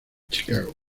chicago